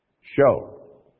show